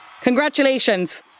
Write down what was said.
congratulations